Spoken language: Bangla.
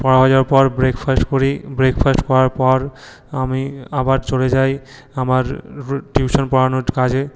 পড়া হয়ে যাওয়ার পর ব্রেকফাস্ট করি ব্রেকফাস্ট করার পর আমি আবার চলে যাই আমার টিউশন পড়ানোর কাজে